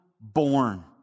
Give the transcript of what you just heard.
born